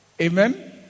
Amen